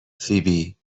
فیبی